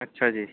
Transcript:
ਅੱਛਾ ਜੀ